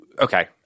okay